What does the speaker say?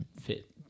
fit